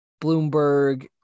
bloomberg